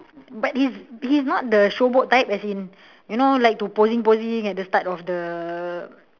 but his his not the showboat type as in you know like to posing posing at the start of the